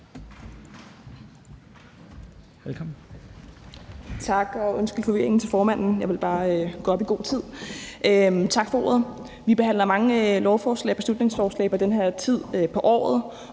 (ALT): Tak. Undskyld forvirringen, formand; jeg ville bare gå op i god tid. Tak for ordet. Vi behandler mange lovforslag og beslutningsforslag på den her tid af året,